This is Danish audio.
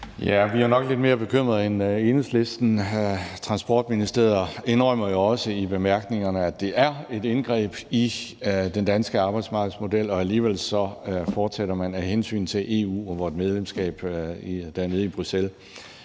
Vi er nok lidt mere bekymrede end Enhedslisten. Transportministeriet indrømmer jo også i bemærkningerne, at det er et indgreb i den danske arbejdsmarkedsmodel, og alligevel fortsætter man af hensyn til EU og vort medlemskab dernede i Bruxelles.